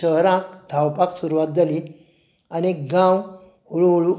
शहरांक धांवपाक सुरवात जाली आनी गांव हळुहळू